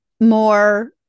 more